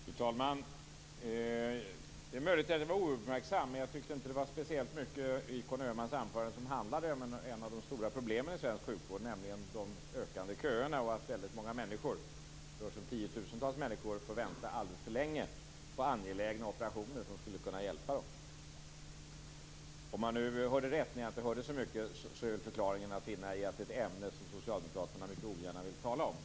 Fru talman! Det är möjligt att jag var ouppmärksam, men jag hörde inte speciellt mycket i Conny Öhmans anförande om ett av de stora problemen i svensk sjukvård, nämligen de ökande köerna. Tiotusentals människor får vänta alldeles för länge på angelägna operationer som skulle kunna bota dem. Om jag nu hörde rätt när jag inte hörde så mycket står förklaringen att finna i att detta är ett ämne som socialdemokraterna mycket ogärna vill tala om.